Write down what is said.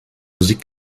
musik